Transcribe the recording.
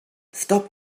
stop